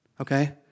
okay